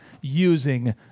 using